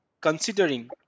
considering